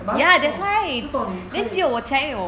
maltese 是这样的这种你可以